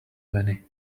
many